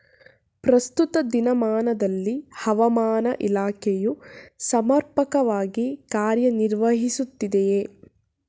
ಪ್ರಸ್ತುತ ದಿನಮಾನದಲ್ಲಿ ಹವಾಮಾನ ಇಲಾಖೆಯು ಸಮರ್ಪಕವಾಗಿ ಕಾರ್ಯ ನಿರ್ವಹಿಸುತ್ತಿದೆಯೇ?